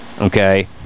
okay